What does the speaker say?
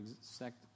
sect